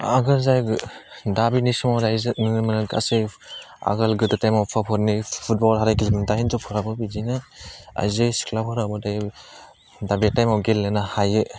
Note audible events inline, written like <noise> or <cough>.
आगोल जाय दा बेनि समाव दायो जों नुनो मोनो गासै आगोल गोदो टाइमाव फाखननि फुटबल <unintelligible> हिन्जावफोराबो बिदिनो आयजो सिख्लाफोराबो दायो दा बे टाइमाव गेलेनो हायो